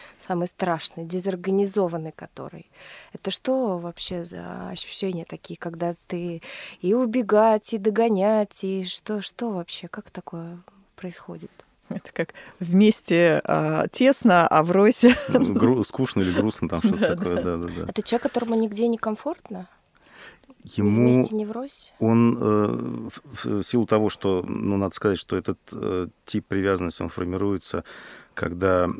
самый страшный, дезорганизованный который. Это что вообще за ощущения такие, когда ты и убегать, и догонять, и что- что вообще? Как такое происходит? Это как вместе, а, тесно, а врозь- Ну, гру- скучно или грустно, там что-то Да, такое. да. Да, да, да. Это человек, которому нигде не комфортно? Н- Ему- ни вместе, ни врозь? он, э, в- в силу того, что, ну, надо сказать, что этот, э, тип привязанности, он формируется, когда